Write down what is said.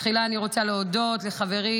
תחילה אני רוצה להודות לחברי,